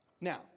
Now